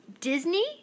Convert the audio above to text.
Disney